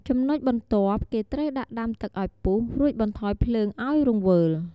ចំណុចបន្ទាប់ គេត្រូវដាក់ដាំទឹកឱ្យពុះ រួចបន្ថយភ្លើងឱ្យរង្វើល។